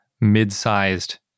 mid-sized